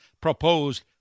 proposed